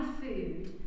food